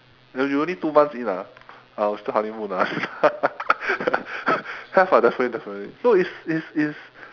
no we only two months in ah I will still honeymoon ah have ah definitely definitely no it's it's it's